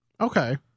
Okay